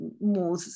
more